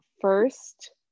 first